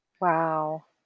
Wow